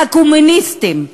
הקומוניסטים,